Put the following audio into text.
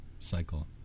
Cycle